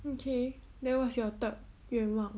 okay then what's your third 愿望